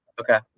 Okay